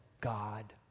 God